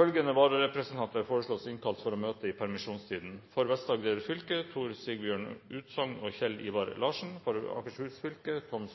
Følgende vararepresentanter foreslås innkalt for å møte i permisjonstiden: For Vest-Agder fylke: Tor Sigbjørn Utsogn og Kjell Ivar Larsen For Akershus fylke: Tom